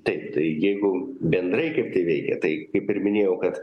taip tai jeigu bendrai kaip tai veikia tai kaip ir minėjau kad